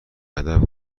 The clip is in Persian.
ادب